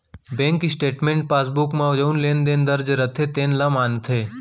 bank statement passbook म जउन लेन देन दर्ज रथे तेने ल मानथे